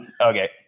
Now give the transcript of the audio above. Okay